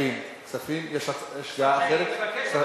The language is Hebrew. שיהיה ברור, כדי שלא יחשבו שאני לא רוצה, לא,